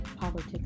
Politics